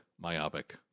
myopic